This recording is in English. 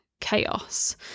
chaos